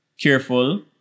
careful